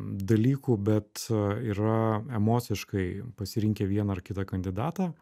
dalykų bet yra emociškai pasirinkę vieną ar kitą kandidatą